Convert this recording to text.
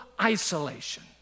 isolation